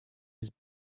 his